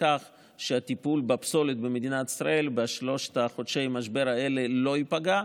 שהטיפול בפסולת במדינת ישראל בשלושת חודשי המשבר האלה לא ייפגע,